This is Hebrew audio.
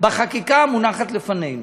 בחקיקה המונחת לפנינו.